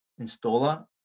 installer